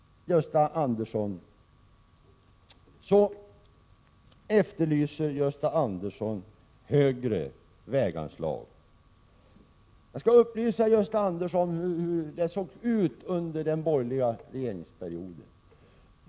Gösta Andersson efterlyser större väganslag. Jag vill upplysa Gösta Andersson om hur det såg ut under den borgerliga regeringsperioden.